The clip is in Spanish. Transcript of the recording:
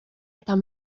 estas